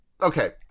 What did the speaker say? okay